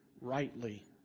rightly